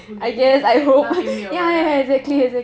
like 那边没有人 right oh